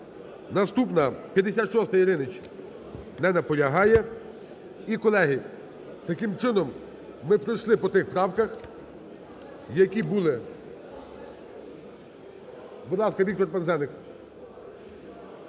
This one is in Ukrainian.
Наступна, 56-а, Яриніч. Не наполягає. І, колеги, таким чином, ми пройшли по тих правках, які були. Будь ласка, Віктор Пинзеник.